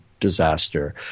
disaster